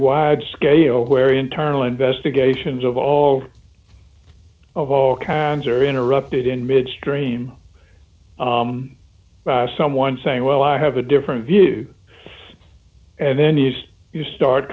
wide scale where internal investigations of all of all kinds are interrupted in midstream by someone saying well i have a different view and then yes you start